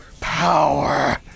power